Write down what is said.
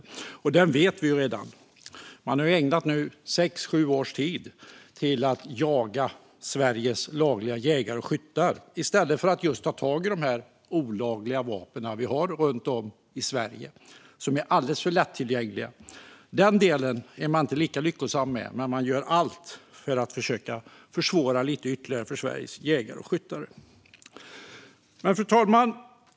Socialdemokraternas inställning känner vi redan till: Man har nu ägnat sex sju år åt att jaga Sveriges lagliga jägare och skyttar i stället för att ta tag i de olagliga vapen som vi har runt om i Sverige och som är alldeles för lättillgängliga. Den delen är man inte lika lyckosam med, men man gör allt för att försöka försvåra ytterligare lite grann för Sveriges jägare och skyttar. Fru talman!